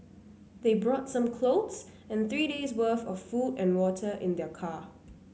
they brought some clothes and three days' worth of food and water in their car